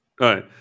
right